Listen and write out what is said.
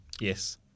yes